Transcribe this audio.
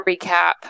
recap